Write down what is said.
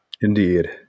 Indeed